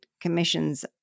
Commission's